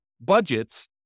budgets